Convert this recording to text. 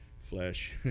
Flesh